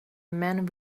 men